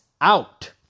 out